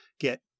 get